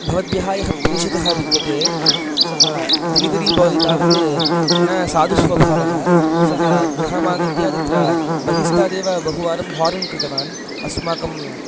भवद्भ्यः ह्यः प्रेषितः विद्यते सः डेलिवरी बाय् तावत् न साधुस्वभावः सः गृहमागत्य तत्र बहिस्थादेव बहुवारं हारन् कृतवान् अस्माकम्